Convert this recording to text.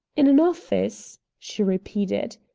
in an office? she repeated.